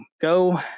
go